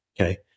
Okay